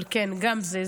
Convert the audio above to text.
אבל כן, גם זה.